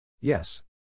Yes